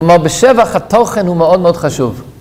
כלומר, בשבח התוכן הוא מאוד מאוד חשוב.